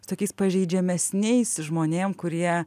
tokiais pažeidžiamesnis žmonėms kurie